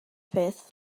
peth